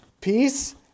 Peace